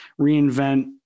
reinvent